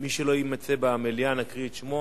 מי שלא יימצא במליאה, נקרא את שמו,